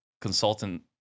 consultant